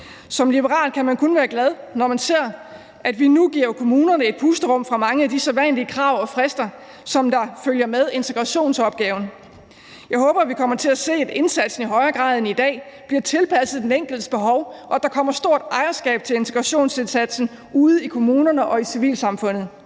Som liberal kan man kun være glad, når man ser, at vi nu giver kommunerne et pusterum fra mange af de sædvanlige krav og frister, som der følger med integrationsopgaven. Jeg håber, vi kommer til at se, at indsatsen i højere grad end i dag bliver tilpasset den enkeltes behov, og at der kommer stort ejerskab til integrationsindsatsen ude i kommunerne og i civilsamfundet.